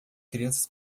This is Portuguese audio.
crianças